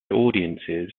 audiences